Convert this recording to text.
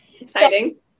Exciting